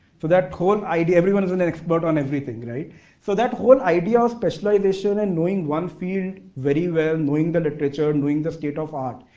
for that whole idea, everyone is an expert on everything. so, that whole idea of specialization and knowing one field very well, knowing the literature, knowing the state of art,